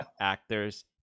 actors